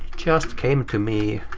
just came to me.